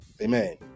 Amen